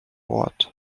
ort